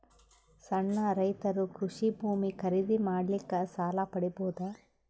ಸಣ್ಣ ರೈತರು ಕೃಷಿ ಭೂಮಿ ಖರೀದಿ ಮಾಡ್ಲಿಕ್ಕ ಸಾಲ ಪಡಿಬೋದ?